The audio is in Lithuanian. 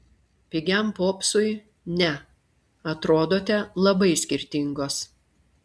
pigiam popsui ne atrodote labai skirtingos